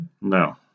No